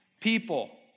people